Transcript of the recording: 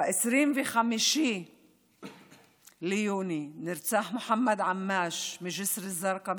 ב-25 ביוני נרצח מוחמד עמאש מג'יסר א-זרקא,